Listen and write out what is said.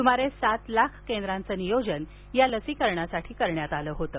सुमारे सात लाख केंद्रांचं नियोजन या लसीकरणासाठी करण्यात आलं होतं